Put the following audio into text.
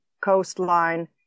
coastline